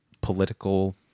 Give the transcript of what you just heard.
political